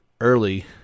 early